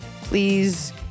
Please